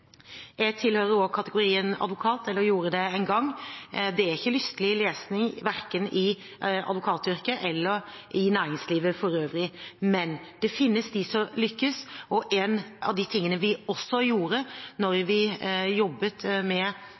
Jeg tilhører også kategorien advokat, eller gjorde det en gang. Det er ikke lystelig lesning, verken i advokatyrket eller i næringslivet for øvrig. Men det finnes dem som lykkes, og én av de tingene som vi gjorde da likestillingsministeren jobbet